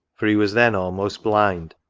for he was then almost blind,